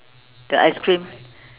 the ice cream